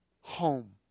home